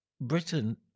Britain